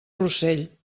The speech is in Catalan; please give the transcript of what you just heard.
rossell